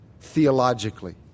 theologically